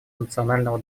национального